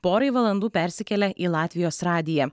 porai valandų persikėlė į latvijos radiją